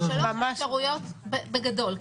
בגדול,